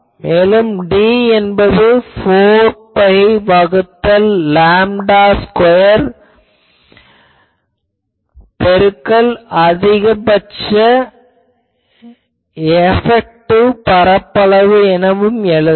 மேலும் D என்பதை 4 பை வகுத்தல் லேம்டா ஸ்கொயர் பெருக்கல் அதிகபட்ச எபெக்டிவ் பரப்பளவு என எழுதலாம்